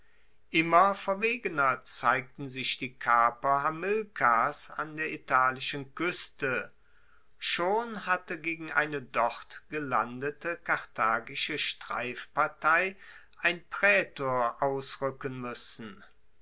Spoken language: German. immer verwegener zeigten sich die kaper hamilkars an der italischen kueste schon hatte gegen eine dort gelandete karthagische streifpartei ein praetor ausruecken muessen